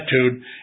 attitude